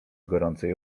gorącej